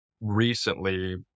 recently